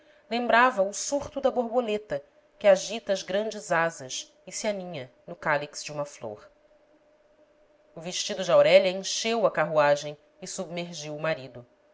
lembrava o surto da borboleta que agita as grandes asas e se aninha no cálix de uma flor o vestido de aurélia encheu a carruagem e submergiu o marido